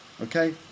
Okay